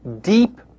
deep